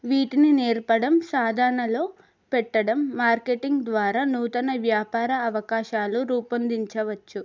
వీటిని నేర్పడం సాధానలో పెట్టడం మార్కెటింగ్ ద్వారా నూతన వ్యాపార అవకాశాలు రూపొందించవచ్చు